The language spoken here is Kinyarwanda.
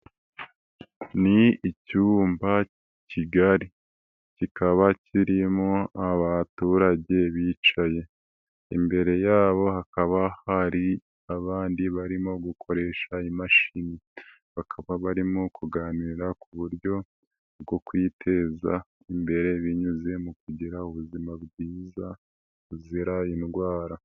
Ni icyumba kigari kikaba kirimo abaturage bicaye. Imbere yabo hakaba hari abandi barimo gukoresha imashini. Bakaba barimo kuganira ku buryo bwo kwiteza imbere binyuze mu kugira ubuzima bwiza buzira indwara.